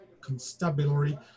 constabulary